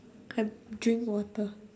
I'm drinking water